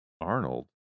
Arnold